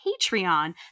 Patreon